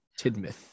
Tidmouth